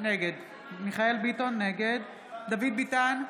נגד דוד ביטן,